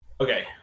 okay